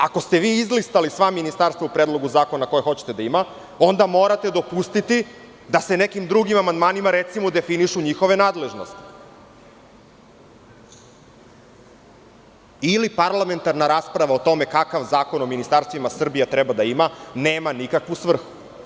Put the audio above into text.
Ako ste vi izlistali sva ministarstva u Predlogu zakona koje hoćete da ima, onda morate dopustiti da se nekim drugim amandmanima, recimo, definišu njihove nadležnosti, ili parlamentarna rasprava o tome kakav zakon o ministarstvima Srbija treba da ima, nema nikakvu svrhu.